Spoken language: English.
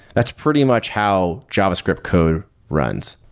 that's pretty much how javascript code runs.